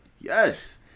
yes